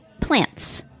plants